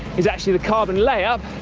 is actually the carbon layup,